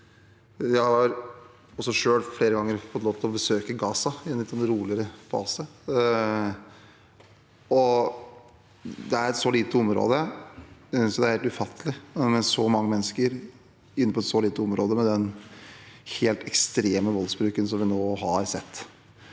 ganger fått lov til å besøke Gaza, i en roligere fase. Det er et veldig lite område. Det er helt ufattelig med så mange mennesker inne på et så lite område, med den helt ekstreme voldsbruken vi nå har sett.